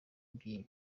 iby’iyi